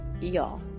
y'all